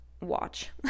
watch